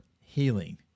healing